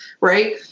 right